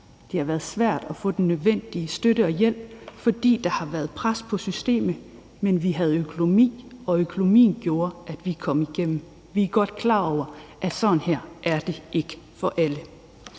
Det har været svært at få den nødvendige støtte og hjælp, fordi der har været pres på systemet, men vi havde økonomi, og økonomien gjorde, at vi kom igennem – vi er godt klar over, at sådan her er det ikke for alle.